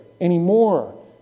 anymore